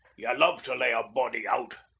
ye love to lay a body out.